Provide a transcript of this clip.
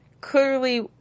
clearly